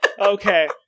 Okay